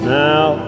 now